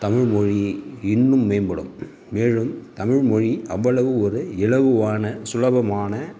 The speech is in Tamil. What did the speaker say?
தமிழ்மொழி இன்னும் மேம்படும் மேலும் தமிழ்மொழி அவ்வளவு ஒரு இலகுவான சுலபமான